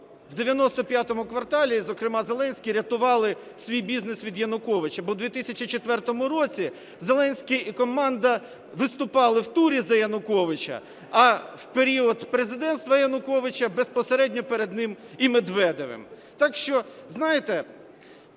у "95 кварталі", зокрема Зеленський, рятували свій бізнес від Януковича, бо у 2004 році Зеленський і команда виступали в турі за Януковича, а в період президентства Януковича безпосередньо перед ним і Медведєвим. Так що, знаєте,